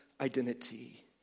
identity